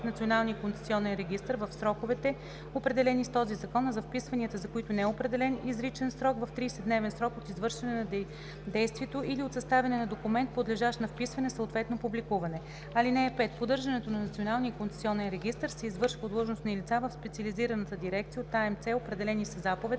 в сроковете, определени с този закон, а за вписванията, за които не е определен изричен срок – в 30-дневен срок от извършване на действието или от съставяне на документ, подлежащ на вписване, съответно публикуване. (5) Поддържането на Националния концесионен регистър се извършва от длъжностни лица в специализираната дирекция от АМС, определени със заповед